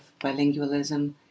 bilingualism